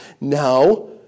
Now